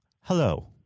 hello